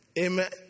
Amen